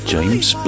James